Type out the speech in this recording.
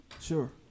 Sure